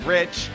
Rich